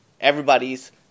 everybody's